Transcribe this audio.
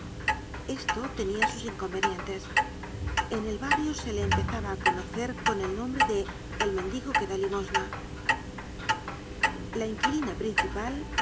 esto tenia sus inconvenientes en el barrio se le empezaba á conocer con el nombre de el mendigo que da limosna la inquilino principal vieja ceñuda y